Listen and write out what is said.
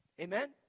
Amen